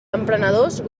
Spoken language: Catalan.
emprenedors